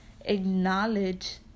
acknowledge